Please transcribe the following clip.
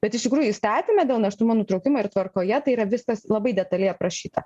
bet iš tikrųjų įstatyme dėl nėštumo nutraukimo ir tvarkoje tai yra viskas labai detaliai aprašyta